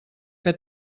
que